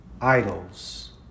idols